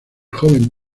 joven